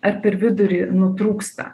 ar per vidurį nutrūksta